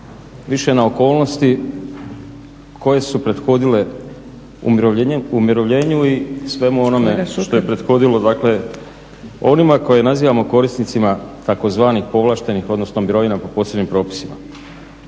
više na okolnosti koje su prethodile umirovljenju i svemu onome što je prethodilo dakle onima koje nazivamo korisnicima tzv. povlaštenih, odnosno mirovina po posebnim propisima.